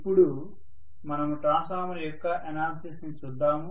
ఇపుడు మనము ట్రాన్స్ఫార్మర్స్ యొక్క ఎనాలిసిస్ ని చూద్దాము